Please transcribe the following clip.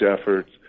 efforts